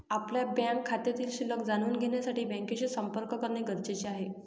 आपल्या बँक खात्यातील शिल्लक जाणून घेण्यासाठी बँकेशी संपर्क करणे गरजेचे आहे